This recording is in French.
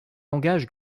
engage